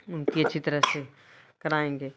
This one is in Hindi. उनकी अच्छी तरह से कराएँगे